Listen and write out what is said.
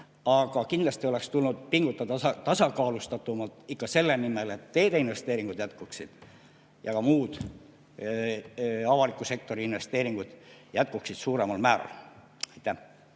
Aga kindlasti oleks tulnud pingutada tasakaalustatumalt ka selle nimel, et teedeinvesteeringud jätkuksid ja ka muud avaliku sektori investeeringud jätkuksid suuremal määral. Andres